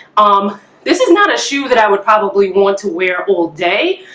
um this is not a shoe that i would probably want to wear all day,